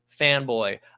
Fanboy